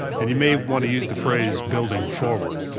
and you may want to use the phrase building forward.